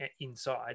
inside